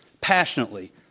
passionately